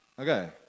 Okay